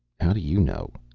how do you know?